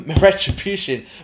Retribution